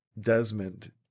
Desmond